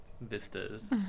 vistas